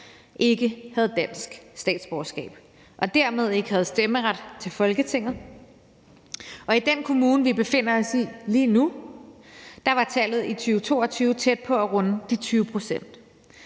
ikke havde dansk statsborgerskab og dermed ikke havde stemmeret til Folketinget. I den kommune, vi befinder os i lige nu, var tallet i 2022 tæt på at runde de 20 pct.,